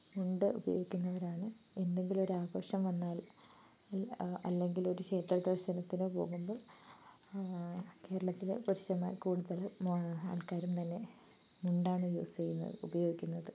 മുണ്ട് ഉപയോഗിക്കുന്നവരാണ് എന്തെങ്കിലും ഒരു ആഘോഷം വന്നാൽ അല്ലെങ്കിൽ ഒരു ക്ഷേത്രദർശനത്തിന് പോകുമ്പോൾ കേരളത്തിലെ പുരുഷന്മാർ കൂടുതൽ ആൾക്കാരും തന്നെ മുണ്ടാണ് യൂസ് ചെയ്യുന്നത് ഉപയോഗിക്കുന്നത്